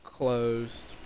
Closed